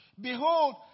Behold